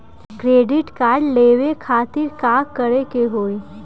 Credit card लेवे खातिर का करे के होई?